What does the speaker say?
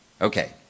Okay